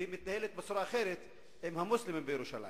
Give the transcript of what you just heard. והיא מתנהלת בצורה אחרת עם המוסלמים בירושלים.